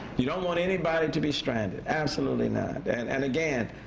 you don't want anybody to be stranded. absolutely not. and and again,